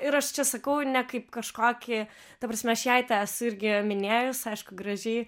ir aš čia sakau ne kaip kažkokį ta prasme aš jai tą esu irgi minėjus aišku gražiai